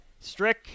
Strick